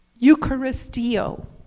Eucharistio